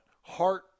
heart